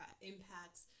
impacts